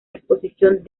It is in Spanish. exposición